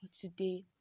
today